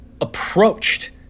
approached